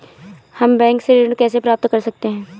हम बैंक से ऋण कैसे प्राप्त कर सकते हैं?